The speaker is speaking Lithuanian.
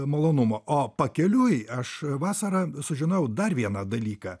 malonumo o pakeliui aš vasarą sužinojau dar vieną dalyką